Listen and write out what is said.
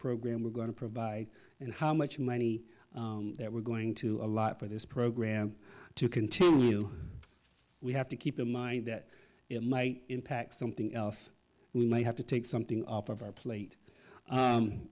program we're going to provide and how much money we're going to a lot for this program to continue we have to keep in mind that it might impact something else we might have to take something off of our plate